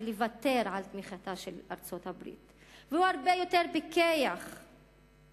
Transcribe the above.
מכדי לוותר על תמיכתה של ארצות-הברית והוא הרבה יותר פיקח מזה,